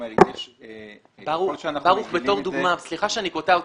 סליחה שאני קוטע אותך.